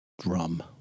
drum